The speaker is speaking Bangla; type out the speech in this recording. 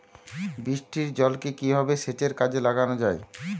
বৃষ্টির জলকে কিভাবে সেচের কাজে লাগানো য়ায়?